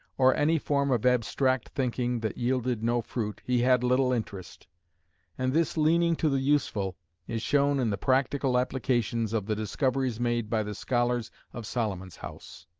or any form of abstract thinking that yielded no fruit, he had little interest and this leaning to the useful is shown in the practical applications of the discoveries made by the scholars of solomon's house.